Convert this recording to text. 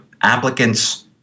applicant's